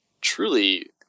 truly